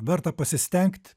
verta pasistengti